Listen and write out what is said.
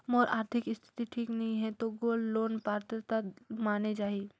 मोर आरथिक स्थिति ठीक नहीं है तो गोल्ड लोन पात्रता माने जाहि?